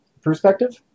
perspective